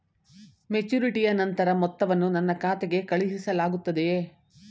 ಮೆಚುರಿಟಿಯ ನಂತರ ಮೊತ್ತವನ್ನು ನನ್ನ ಖಾತೆಗೆ ಕಳುಹಿಸಲಾಗುತ್ತದೆಯೇ?